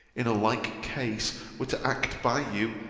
in a like case, were to act by you,